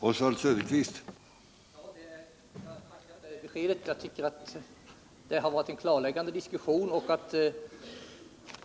Herr talman! Jag tackar för det beskedet. Det har varit en klarläggande diskussion.